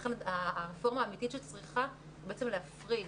לכן הרפורמה האמיתית שצריכה להיות היא להפריד.